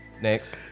Next